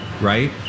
right